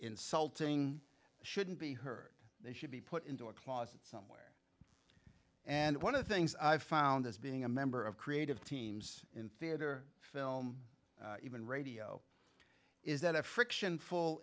insulting shouldn't be heard they should be put into a closet somewhere and one of the things i found as being a member of creative teams in theater film even radio is that friction full